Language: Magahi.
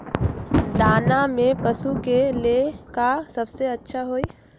दाना में पशु के ले का सबसे अच्छा होई?